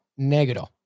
Negro